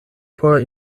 por